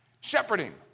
Shepherding